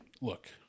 look